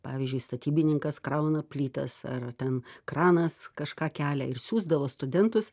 pavyzdžiui statybininkas krauna plytas ar ten kranas kažką kelia ir siųsdavo studentus